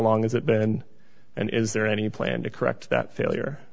long has it been and is there any plan to correct that failure